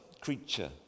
creature